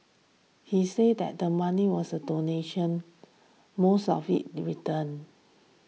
he said that the money was a donation most of it returned